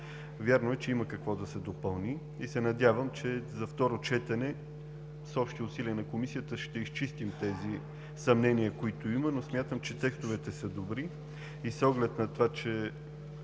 Вярно е, че има какво да се допълни и се надявам, че на второ четене с общи усилия на Комисията ще изчистим съмненията, които имаме. Смятам, че текстовете са добри. С оглед на това, че